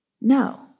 No